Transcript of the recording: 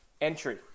Entry